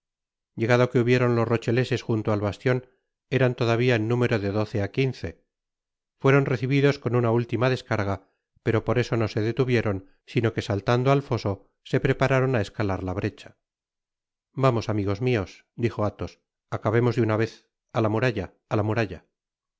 llegado que hubieron los rocheleses junto al bastion eran todavía en número de doce á quince fueron recibidos con una última descarga pero por eso no se detuvieron sino que saltando al foso se prepararon á escalar la brecha vamos amigos mios dijo athos acabemos de una vez a la muralla á la muralla